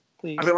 Please